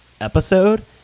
episode